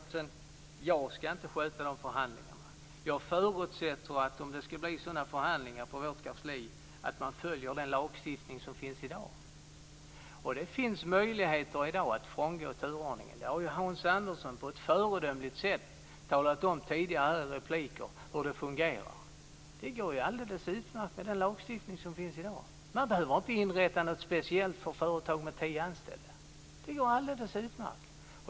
Fru talman! Jag skall inte sköta de förhandlingarna. Jag förutsätter att man, om det skall bli sådana förhandlingar på vårt kansli, följer den lagstiftning som finns i dag. Det finns i dag möjligheter att frångå turordningen. Hans Andersson har på ett föredömligt sätt i repliker tidigare talat om hur det fungerar. Det går alldeles utmärkt med den lagstiftning som finns i dag. Man behöver inte inrätta något speciellt för företag med tio anställda.